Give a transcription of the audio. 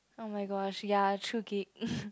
oh my gosh ya true geek